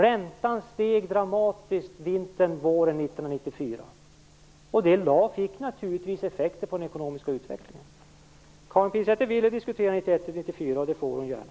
Räntan steg dramatiskt vintern-våren 1994, och detta fick naturligtvis effekter på den ekonomiska utvecklingen. Karin Pilsäter ville diskutera perioden 1991-1994, och det får hon gärna.